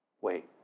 Wait